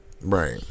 right